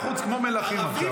ואתם בחוץ כמו מלכים עכשיו.